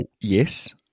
Yes